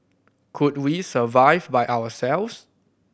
could we survive by ourselves